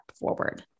forward